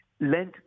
Lent